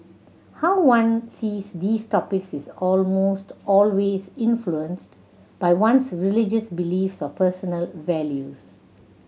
how one sees these topics is almost always influenced by one's religious beliefs or personal values